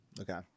Okay